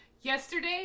Yesterday